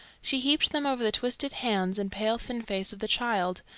she heaped them over the twisted hands and pale thin face of the child,